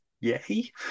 yay